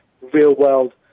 real-world